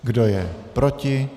Kdo je proti?